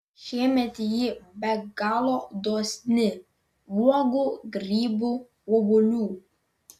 šiemet ji be galo dosni uogų grybų obuolių